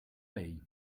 lei